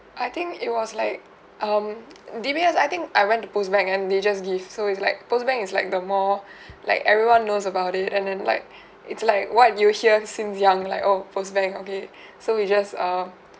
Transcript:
I think it was like um D_B_S I think I went to POS bank and they just give so it's like POS bank is like the more like everyone knows about it and then like it's like what you hear since young like oh POS bank okay so we just err